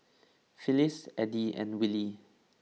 Phyliss Eddie and Willy